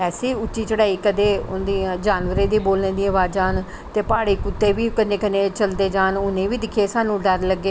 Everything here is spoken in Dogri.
ऐसी उॅच्ची चढ़ाई कदें उन्दिया जानवरें दे बोलने दी आवाजा ते प्हाड़ी कुत्ते बी कन्नै कन्नै चलदे जान उनेंगी बी दिक्खियै स्हानू डर लग्गे